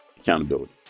accountability